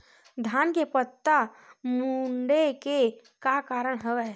धान के पत्ता मुड़े के का कारण हवय?